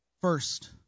First